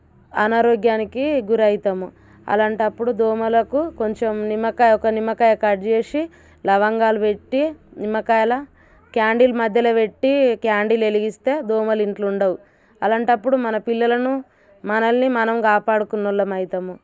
అనారోగ్యానికి గురి అవుతాము అలాంటప్పుడు దోమలకు కొంచెం నిమ్మకాయ ఒక నిమ్మకాయ కట్ చేసి లవంగాలు పెట్టి నిమ్మకాయలో క్యాండిల్ మధ్యలో పెట్టి క్యాండిల్ వెలిగిస్తే దోమలు ఇంటిలో ఉండవు అలాంటప్పుడు మన పిల్లలను మనల్ని మనం కాపాడుకున్న వాళ్ళము అవుతాము